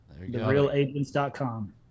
Therealagents.com